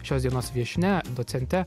šios dienos viešnia docente